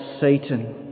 Satan